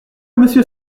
monsieur